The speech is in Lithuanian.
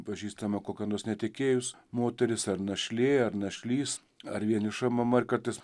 pažįstama kokia nors netekėjus moteris ar našlė ar našlys ar vieniša mama ir kartais